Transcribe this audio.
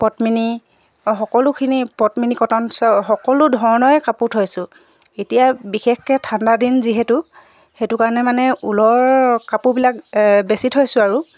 পদ্মিনী সকলোখিনি পদ্মিনী কটন চব সকলো ধৰণৰে কাপোৰ থৈছোঁ এতিয়া বিশেষকৈ ঠাণ্ডা দিন যিহেতু সেইটো কাৰণে মানে ঊলৰ কাপোৰবিলাক বেছি থৈছোঁ আৰু